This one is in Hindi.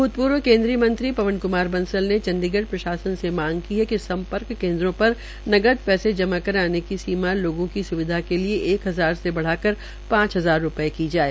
भूतपूर्व केन्द्रीय मंत्री पवन कुमार बंसल ने चंडीगढ़ प्रशासन से मांग की है कि सम्पर्क केन्द्रों पर नगद पैसे जमा कराने की सीमा लोगों की स्विधा के लिए एक हजार रूपये से बढ़ाकर पांच हजार रूपये की जाये